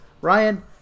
Ryan